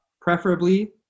preferably